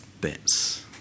bits